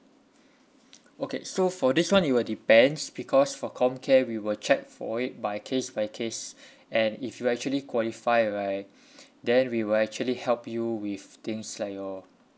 okay so for this [one] it will depends because for comcare we will check for it by case by case and if you actually qualified right then we will actually help you with things like your